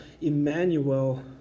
Emmanuel